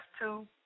two